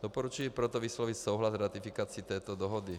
Doporučuji proto vyslovit souhlas s ratifikací této dohody.